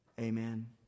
Amen